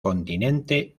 continente